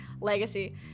legacy